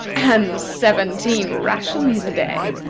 and seventeen rations a day,